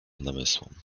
namysłom